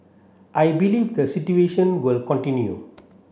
I believe the situation will continue